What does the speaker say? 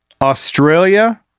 Australia